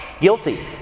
guilty